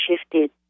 shifted